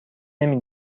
نمی